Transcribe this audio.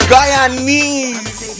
Guyanese